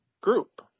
group